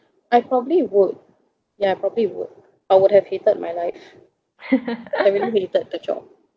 I probably would ya probably would I would have hated my life I really hated the job